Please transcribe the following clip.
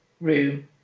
room